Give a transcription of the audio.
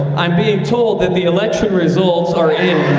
i'm being told and the election results are in.